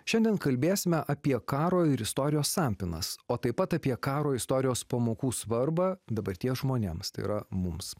šiandien kalbėsime apie karo ir istorijos sampynas o taip pat apie karo istorijos pamokų svarbą dabarties žmonėms tai yra mums